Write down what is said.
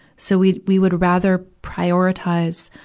so we, we would rather prioritize,